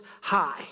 high